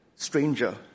Stranger